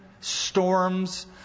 storms